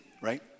right